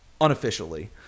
unofficially